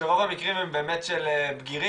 שרוב המקרים הם של בגירים,